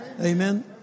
Amen